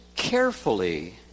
carefully